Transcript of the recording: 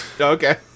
Okay